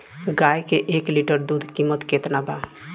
गाय के एक लीटर दूध कीमत केतना बा?